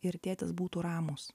ir tėtis būtų ramūs